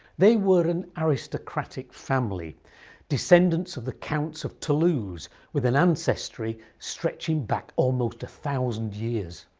they were an aristocratic family descendants of the counts of toulouse with an ancestry stretching back almost a thousand years.